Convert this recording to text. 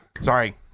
Sorry